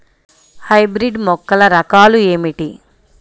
Hybrid మొక్కల రకాలు ఏమిటీ?